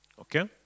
Okay